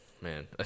Man